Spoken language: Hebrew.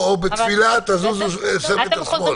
או בתפילה תזוזו 10 מטרים שמאלה.